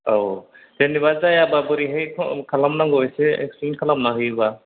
औ जेनोबा जायाबा बोरैहाय खालामनांगौ एसे इक्सप्लेइन खालामनानै होयोबा